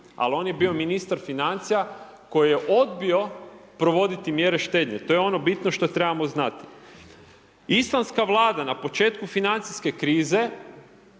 ali on je bio ministar financija, koji je odbio provoditi mjere štednje. To je ono bitno što trebamo znati. Islandska Vlada na početku financijske krize